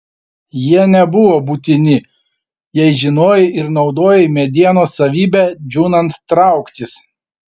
jie nebuvo būtini jei žinojai ir naudojai medienos savybę džiūnant trauktis